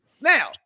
now